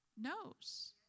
knows